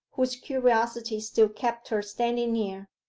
whose curiosity still kept her standing near.